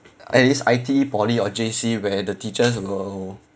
at least I_T_E poly or J_C where the teachers will